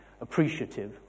appreciative